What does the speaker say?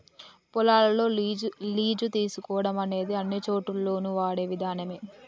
పొలాలను లీజు తీసుకోవడం అనేది అన్నిచోటుల్లోను వాడే విధానమే